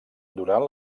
durant